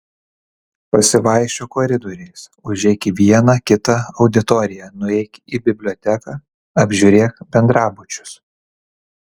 pasivaikščiok koridoriais užeik į vieną kitą auditoriją nueik į biblioteką apžiūrėk bendrabučius